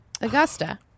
Augusta